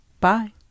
Bye